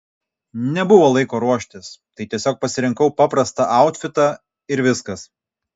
nebuvo laiko ruoštis tai tiesiog pasirinkau paprastą autfitą ir viskas